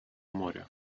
моря